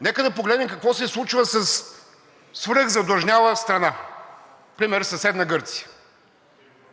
Нека да погледнем какво се случва със свръхзадлъжняла страна, например съседна Гърция: